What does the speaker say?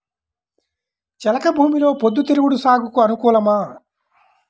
చెలక భూమిలో పొద్దు తిరుగుడు సాగుకు అనుకూలమా?